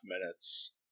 minutes